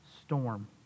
storm